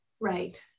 Right